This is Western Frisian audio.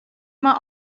mei